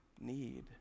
need